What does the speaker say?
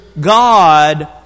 God